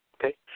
okay